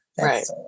Right